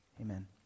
Amen